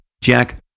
Jack